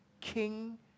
king